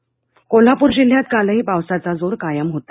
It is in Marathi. पाऊस कोल्हापूर जिल्ह्यात कालही पावसाचा जोर कायम होता